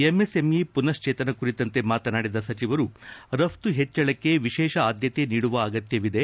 MSME ಪುನಶ್ಚೇತನ ಕುರಿತಂತೆ ಮಾತನಾಡಿದ ಸಚಿವರು ರಫ್ತು ಹೆಚ್ಚಳಕ್ಕೆ ವಿಶೇಷ ಆದ್ಕತೆ ನೀಡುವ ಅಗತ್ಯವಿದೆ